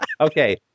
Okay